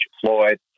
Floyd